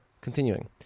Continuing